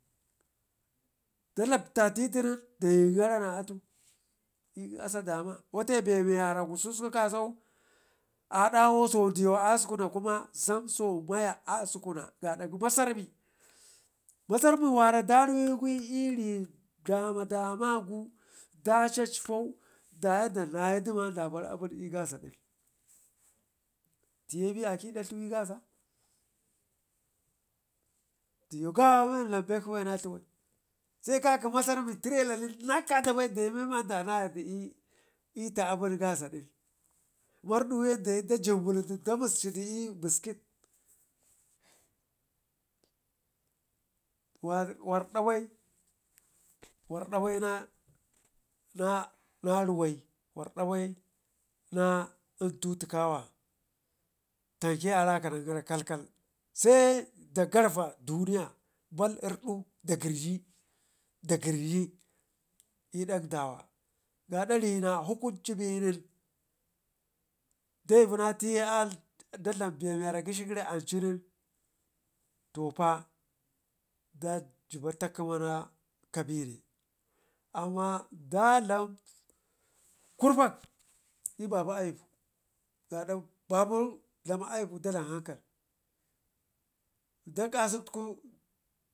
da labta titunin dayingara na atu l'asa dama wate be miwara gususku kasau adawo so diwa askuna kuma zam so maya askuna ga dak masarmi, masarmi wa ra da ruwe iri dama dama gu, da cacpau daya da nayidu ma da bar abun l'gazadin tiyebi a ƙəda dluwe gaza diwa gawa wun lanbedkshi bai se kaƙi masarami terelalin nak kada bai memma da nayadu l'ta aben gaz- adin, mardu ye dayi dajimbuludu da mus cidu l'biskit war warda bai warda baina na ruwai warda bai na intu teka wa tamke a raƙənan gara l'kalkal se dak garva duniya bal ridu da gəry'i da gəryi l'dak dawa gaad rina hukuncibe nin kaivuna tiye a dadlam be miwara gəshi gəri ancu benin yopa da jiba ta gəma na kabene amma da dlam kurfak l'babu aipu gaada babu dlamu aipu dadlam ankal da kasutku